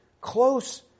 close